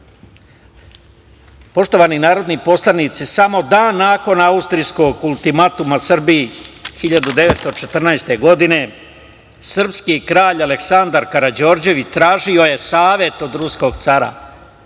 brda. Poštovani narodni poslanici, samo dan nakon austrijskog ultimatuma Srbiji 1914. godine, srpski kralj Aleksandar Karađorđević tražio je savet od ruskog cara